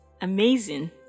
amazing